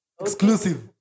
Exclusive